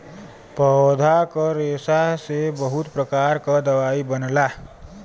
पौधा क रेशा से बहुत प्रकार क दवाई बनला